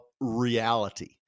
reality